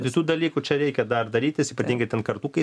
visų dalykų čia reikia dar darytis ypatingai ten kartų kai